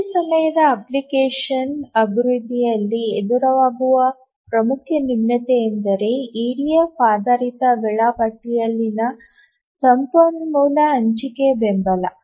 ನೈಜ ಸಮಯದ ಅಪ್ಲಿಕೇಶನ್ ಅಭಿವೃದ್ಧಿಯಲ್ಲಿ ಎದುರಾಗುವ ಪ್ರಮುಖ ನ್ಯೂನತೆಯೆಂದರೆ ಇಡಿಎಫ್ ಆಧಾರಿತ ವೇಳಾಪಟ್ಟಿಯಲ್ಲಿನ ಸಂಪನ್ಮೂಲ ಹಂಚಿಕೆ ಬೆಂಬಲ